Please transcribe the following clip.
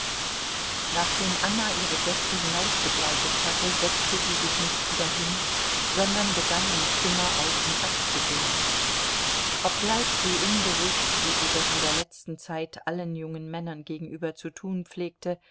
nachdem anna ihre gäste hinausbegleitet hatte setzte sie sich nicht wieder hin sondern begann im zimmer auf und ab zu gehen obgleich sie unbewußt wie sie das in der letzten zeit allen jungen männern gegenüber zu tun pflegte